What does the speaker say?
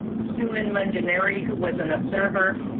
suman mudunuri who was an observer,